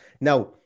Now